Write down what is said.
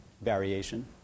variation